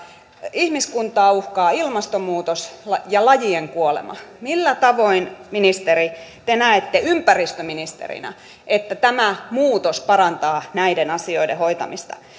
ihmiskuntaa uhkaa ilmastonmuutos ja lajien kuolema millä tavoin ministeri te näette ympäristöministerinä että tämä muutos parantaa näiden asioiden hoitamista